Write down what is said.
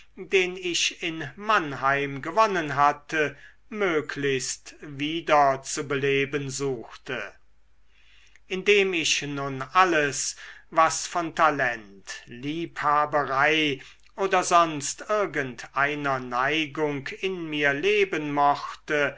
den ich in mannheim gewonnen hatte möglichst wieder zu beleben suchte indem ich nun alles was von talent liebhaberei oder sonst irgendeiner neigung in mir leben mochte